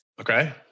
Okay